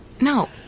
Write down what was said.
No